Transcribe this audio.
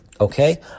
Okay